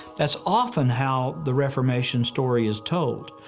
that's often how the reformation story is told.